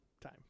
Time